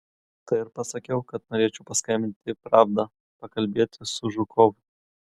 tai ir pasakiau kad norėčiau paskambinti į pravdą pakalbėti su žukovu